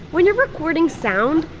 when you're recording sound,